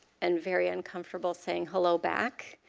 and very uncomfortable, saying hello back.